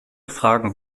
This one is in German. fragen